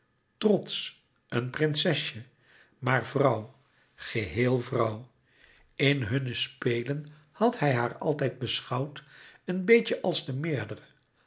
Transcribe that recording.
trotsch een prinsesje maar vrouw geheel vrouw in hunne spelen had hij haar altijd beschouwd een beetje als de meerdere